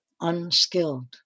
unskilled